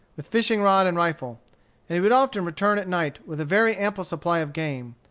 with fishing-rod and rifle and he would often return at night with a very ample supply of game.